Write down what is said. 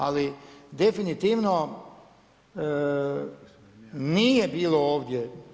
Ali definitivno nije bilo ovdje.